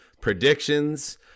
predictions